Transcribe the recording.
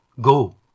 Go